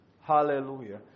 hallelujah